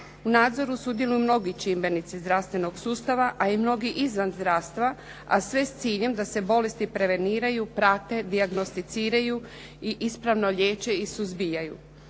U nadzoru sudjeluju mnogi čimbenici zdravstvenog sustava, a i mnogi izvan zdravstva, a sve s ciljem da se bolesti preveniraju, prate, dijagnosticiraju i ispravno liječe i suzbijaju.